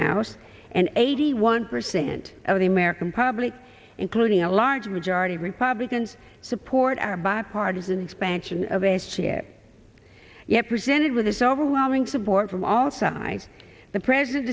house and eighty one percent of the american public including a large majority of republicans support our bipartisan expansion of a sphere yet presented with this overwhelming support from all sides the president